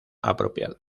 apropiado